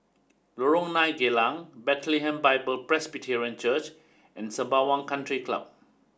Lorong nine Geylang Bethlehem Bible Presbyterian Church and Sembawang Country Club